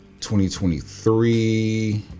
2023